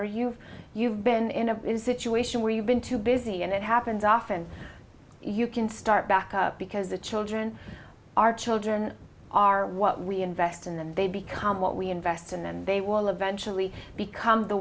or you you've been in a situation where you've been too busy and it happens often you can start back up because the children our children are what we invest in them they become what we invest in them they will eventually become the